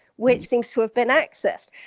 which seems to have been accessed.